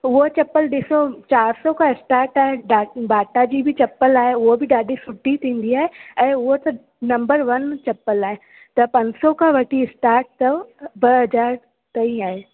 उहो चपल ॾिसो चारि सौ खां इस्टाट आहे डा बाटा जी बि चपल आहे उहो बि ॾाढी सुठी थींदी आहे ऐं उहो त नंबर वन चपल आहे त पंज सौ खां वठी स्टाट अथव ॿ हज़ार ताईं आहे